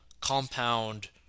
compound